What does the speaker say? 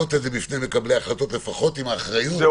להעלות את זה בפני מקבלי ההחלטיות - לפחות עם האחריות.